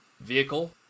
vehicle